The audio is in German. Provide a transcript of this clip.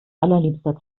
allerliebster